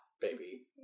baby